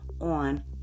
on